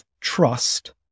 trust